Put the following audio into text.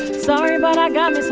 sorry but i um